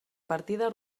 partida